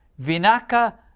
Vinaka